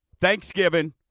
Thanksgiving